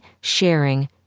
sharing